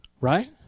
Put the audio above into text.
right